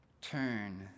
turn